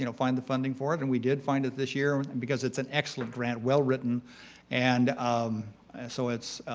you know find the funding for it and we did find it this year and because it's an excellent grant, well-written and um so it's,